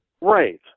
Right